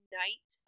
night